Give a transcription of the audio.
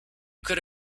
could